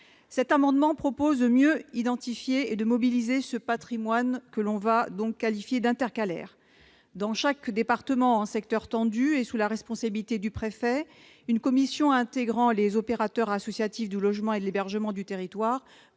Cet amendement vise donc à mieux identifier et à mieux mobiliser ce patrimoine, qualifié d'« intercalaire ». Dans chaque département en secteur tendu, et sous la responsabilité du préfet, une commission intégrant les opérateurs associatifs du logement et de l'hébergement du territoire